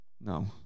No